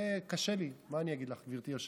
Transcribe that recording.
זה קשה לי, מה אני אגיד לך, גברתי היושבת-ראש.